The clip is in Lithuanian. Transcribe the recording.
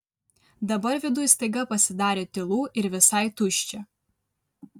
dabar viduj staiga pasidarė tylu ir visai tuščia